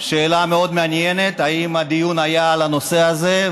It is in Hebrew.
שאלה מאוד מעניינת: האם הדיון היה על הנושא הזה,